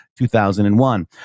2001